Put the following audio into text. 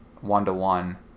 one-to-one